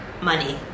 money